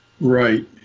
Right